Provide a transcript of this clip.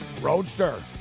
Roadster